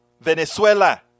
Venezuela